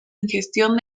ingestión